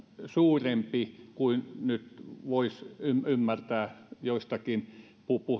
suurempi kuin nyt voisi ymmärtää joistakin